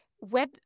web